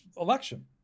election